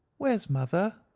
where's mother?